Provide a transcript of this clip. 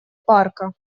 парка